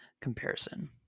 comparison